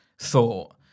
thought